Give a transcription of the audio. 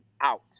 out